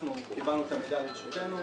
אנחנו קיבלנו את המידע לרשותנו,